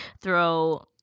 throw